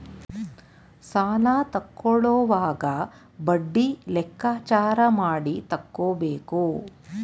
ಸಾಲ ತಕ್ಕೊಳ್ಳೋವಾಗ ಬಡ್ಡಿ ಲೆಕ್ಕಾಚಾರ ಮಾಡಿ ತಕ್ಕೊಬೇಕು